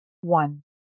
one